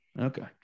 Okay